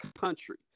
country